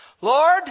Lord